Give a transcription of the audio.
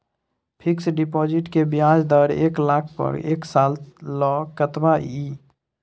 Fixed deposit के ब्याज दर एक लाख पर एक साल ल कतबा इ?